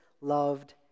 loved